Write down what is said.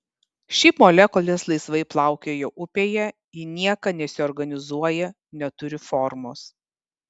šiaip molekulės laisvai plaukioja upėje į nieką nesiorganizuoja neturi formos